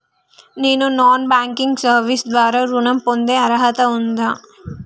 నేను non banking service ద్వారా ఋణం పొందే అర్హత ఉందా?